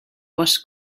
was